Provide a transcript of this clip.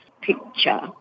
picture